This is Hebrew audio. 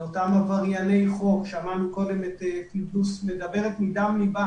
לאותם עברייני חוק שמענו קודם את פירדאוס מדברת מדם ליבה